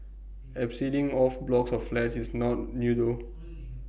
abseiling off blocks of flats is not new though